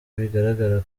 bigaragara